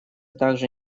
также